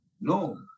No